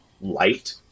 light